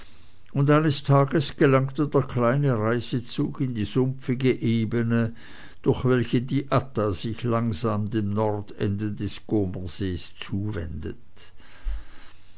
und eines tages gelangte der kleine reisezug in die sumpfige ebene durch welche die adda sich langsam dem nordende des comersees zuwindet